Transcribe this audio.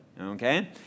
Okay